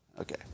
Okay